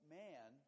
man